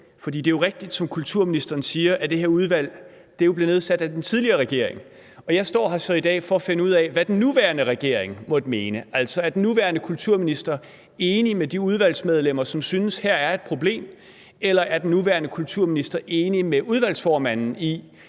for det er jo rigtigt, som kulturministeren siger, at det her udvalg er blevet nedsat at den tidligere regering – hvad den nuværende regering måtte mene. Altså, er den nuværende kulturminister enig med de udvalgsmedlemmer, som synes her er et problem, eller er den nuværende kulturminister enig med udvalgsformanden i,